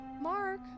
Mark